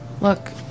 look